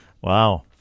Wow